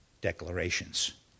declarations